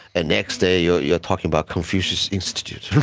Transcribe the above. ah next day you're you're talking about confucius institute.